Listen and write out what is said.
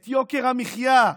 את יוקר המחיה.